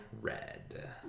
red